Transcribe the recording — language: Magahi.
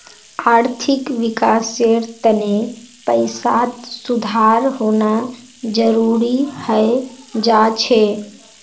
आर्थिक विकासेर तने पैसात सुधार होना जरुरी हय जा छे